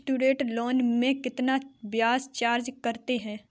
Student loan में कितना ब्याज चार्ज करते हैं?